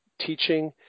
teaching